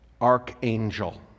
archangel